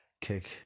kick